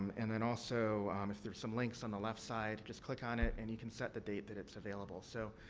and, then, also um there's some links on the left side. just click on it and you can set the date that it's available. so,